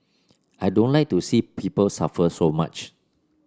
I don't like to see people suffer so much